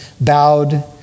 bowed